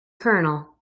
colonel